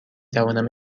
توانم